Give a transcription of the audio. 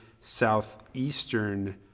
southeastern